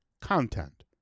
Content